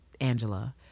Angela